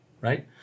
right